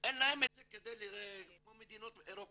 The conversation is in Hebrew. אין להם את זה כמו מדינות אירופאיות